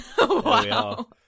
Wow